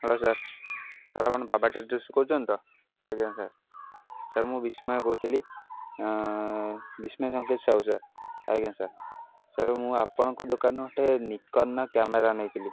hello sir sir ଆପଣ ବାବା ଟ୍ରେଡ଼ରସରୁ କହୁଛନ୍ତି ତ ଆଜ୍ଞା ସାର୍ ସାର୍ ମୁଁ ବିସ୍ମୟ କହୁଥିଲି ବିସ୍ମୟ ସଂଙ୍କେଶ ସାହୁ ସାର୍ ଆଜ୍ଞା ସାର୍ ସାର୍ ମୁଁ ଆପଣଙ୍କ ଦୋକାନ ଗୋଟେ ନିକନର କ୍ୟାମେରା ନେଇଥିଲି